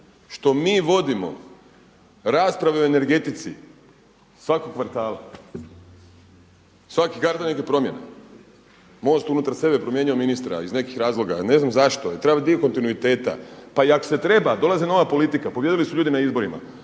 što mi vodimo rasprave o energetici svakog kvartala, svaki kvartal neke promjene. MOST unutar sebe promijenio ministra iz nekih razloga. Ne znam zašto. …/Govornik se ne razumije./… dio kontinuiteta. Pa i ako se treba, dolazi nova politika, pobijedili su ljudi na izborima,